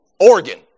Oregon